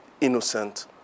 innocent